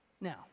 Now